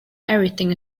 everything